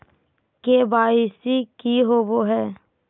KYC की होबो है?